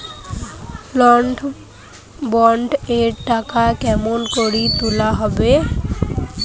Gold bond এর টাকা কেমন করি তুলা যাবে?